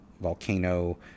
Volcano